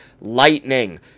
Lightning